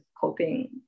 coping